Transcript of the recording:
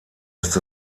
ist